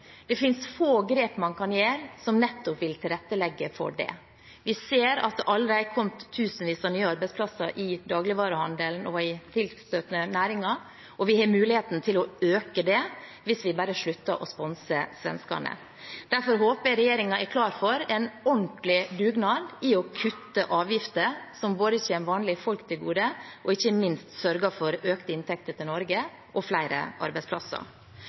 Det finnes få grep man kan gjøre som nettopp vil tilrettelegge for det. Vi ser at det allerede er kommet tusenvis av nye arbeidsplasser i dagligvarehandelen og i tilstøtende næringer, og vi har muligheten til å øke det hvis vi bare slutter å sponse svenskene. Derfor håper jeg regjeringen er klar for en ordentlig dugnad med å kutte avgifter, som kommer vanlige folk til gode, og ikke minst sørger for økte inntekter til Norge og flere arbeidsplasser.